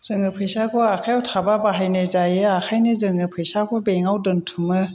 जोङो फैसाखौ आखाइयाव थाबा बाहायनाय जायो ओंखायनो जोङो फैसाखौ बेंकाव दोनथुमो